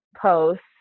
posts